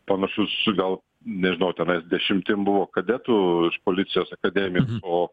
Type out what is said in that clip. pamiršau su gal nežinau tenais dešimtim buvo kadetų policijos akademijos o